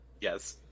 Yes